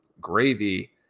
gravy